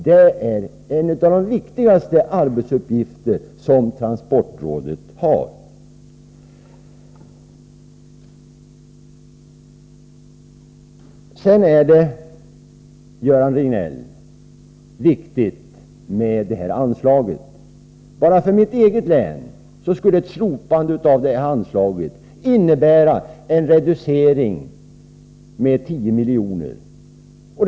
Det är en av de viktigaste arbetsuppgifterna som transportrådet har. Till Göran Riegnell: Det är viktigt med statsbidraget till den kollektiva persontrafiken. Bara för mitt eget län skulle ett slopande av detta anslag innebära en reducering med 10 milj.kr.